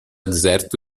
deserto